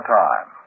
time